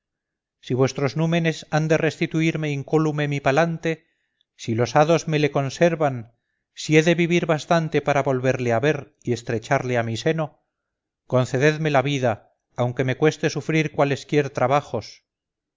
si vuestros númenes han de restituirme incólume mi palante si los hados me le conservan si he de vivir bastante para volverle a ver y estrecharle a mi seno concededme la vida aunque me cueste sufrir cualesquier trabajos